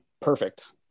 perfect